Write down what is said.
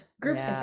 groups